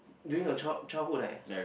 during your child~ childhood eh